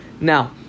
Now